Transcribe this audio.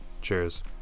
Cheers